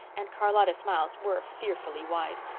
and charlotta's smiles were fearfully wide.